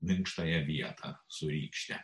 minkštąją vietą su rykšte